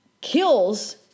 kills